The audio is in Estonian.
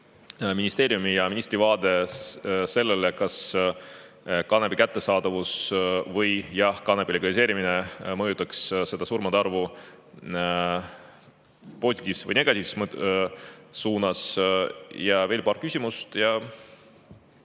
ministeeriumi ja ministri vaade sellele, kas kanepi kättesaadavus või/ja kanepi legaliseerimine mõjutaks seda surmade arvu positiivses või negatiivses suunas? Ja on veel paar küsimust.